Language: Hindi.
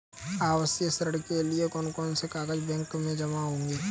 आवासीय ऋण के लिए कौन कौन से कागज बैंक में जमा होंगे?